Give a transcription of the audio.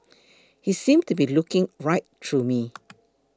he seemed to be looking right through me